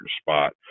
spot